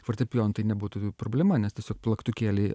fortepijonu tai nebūtų problema nes tiesiog plaktukėlį